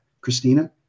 Christina